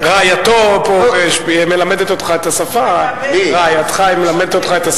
רעייתך מלמדת אותך את השפה הרוסית?